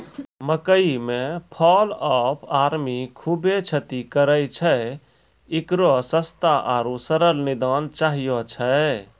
मकई मे fall of army खूबे क्षति करेय छैय, इकरो सस्ता आरु सरल निदान चाहियो छैय?